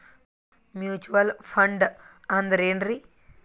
Mutual fund ಅಂದ್ರೆನ್ರಿ?